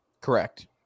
Correct